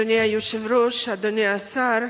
אדוני היושב-ראש, אדוני השר,